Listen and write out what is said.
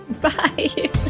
Bye